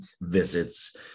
visits